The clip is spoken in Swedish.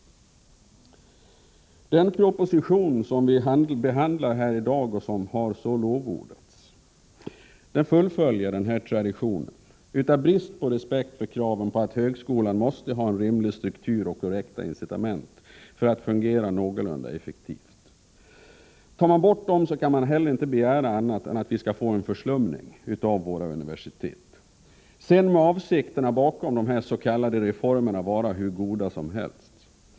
Den proposition som behandlas här i dag och som har fått så många lovord fullföljer den här traditionen av brist på respekt för kraven på att högskolan måste ha en rimlig struktur och korrekta incitament för att fungera någorlunda effektivt. Tar man bort detta, kan man heller inte vänta annat än att det blir en förslumning av våra universitet, sedan må avsikterna bakom de s.k. reformerna vara hur goda som helst.